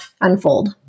unfold